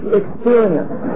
experience